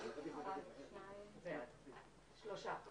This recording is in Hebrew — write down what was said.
שלושה.